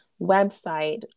website